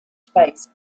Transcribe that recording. space